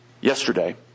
yesterday